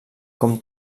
com